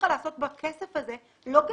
הצליחה לעשות בכסף הזה לא גדלה.